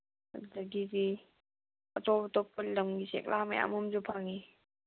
ꯑꯗꯨꯗꯒꯤꯗꯤ ꯑꯇꯣꯞ ꯑꯇꯣꯞꯄ ꯂꯝꯒꯤ ꯆꯦꯛꯂꯥ ꯃꯌꯥꯝ ꯑꯃꯁꯨ ꯐꯪꯉꯤ